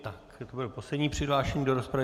To byl poslední přihlášený do rozpravy.